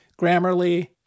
Grammarly